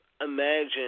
imagine